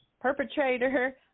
perpetrator